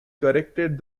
corrected